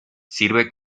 sirve